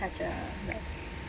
such a like